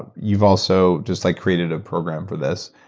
you've also just like created a program for this.